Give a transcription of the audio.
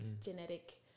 genetic